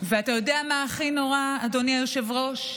ואתה יודע מה הכי נורא, אדוני היושב-ראש?